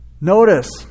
Notice